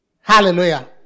Hallelujah